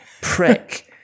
prick